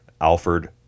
Alfred